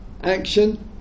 Action